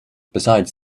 besides